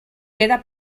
queda